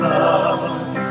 love